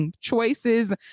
choices